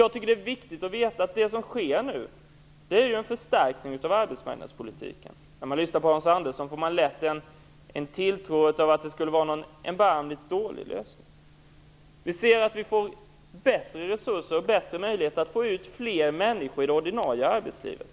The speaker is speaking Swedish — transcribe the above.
Jag tycker att det är viktigt att veta att det som sker nu är en förstärkning av arbetsmarknadspolitiken. När man lyssnar på Hans Andersson tror man lätt att det skulle vara en erbarmligt dålig lösning. Vi får bättre resurser och bättre möjligheter att få ut fler människor i det ordinarie arbetslivet.